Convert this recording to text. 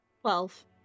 Twelve